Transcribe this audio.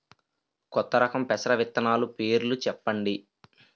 కొత్త రకం పెసర విత్తనాలు పేర్లు చెప్పండి?